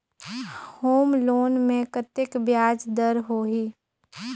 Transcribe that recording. Home loan मे कतेक ब्याज दर होही?